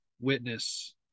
witness